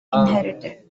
inherited